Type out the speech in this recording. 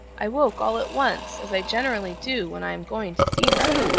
i woke all at once, as i generally do when i am going to see her,